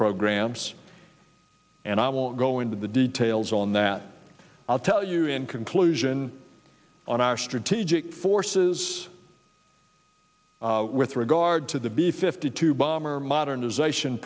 programs and i won't go into the details on that i'll tell you in conclusion on our strategic forces with regard to the b fifty two bomber modernization